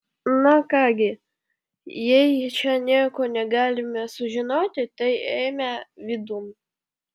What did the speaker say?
na ką gi jei čia nieko negalime sužinoti tai eime vidun